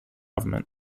government